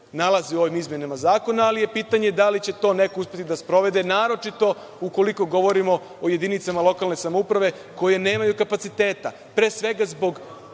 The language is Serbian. nalaze u ovim izmenama zakona, ali je pitanje da li će to neko uspeti da sprovede, naročito, ukoliko govorimo o jedinicama lokalne samouprave koje nemaju kapaciteta, pre svega, zbog